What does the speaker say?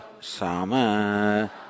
Sama